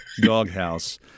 doghouse